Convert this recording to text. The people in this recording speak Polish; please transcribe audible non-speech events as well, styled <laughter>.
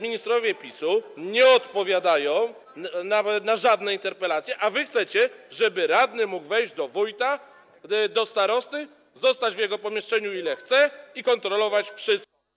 Ministrowie PiS nie odpowiadają na żadne interpelacje, a wy chcecie, żeby radny mógł wejść do wójta, do starosty, zostać w jego pomieszczeniu, ile chce, <noise> i kontrolować wszystko.